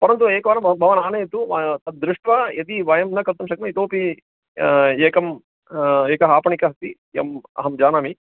परन्तु एकवारं भवान् आनयतु तद् दृष्ट्वा यदि वयं न कर्तुं शक्नुमः इतोऽपि एकम् एकः आपणिकः अस्ति यम् अहं जानामि